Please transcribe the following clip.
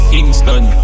Kingston